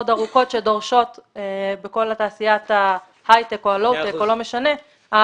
ארוכות שנדרשות בכל תעשיית ההיי-טק או הלאו-טק או לא משנה.